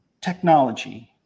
technology